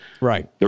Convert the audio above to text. right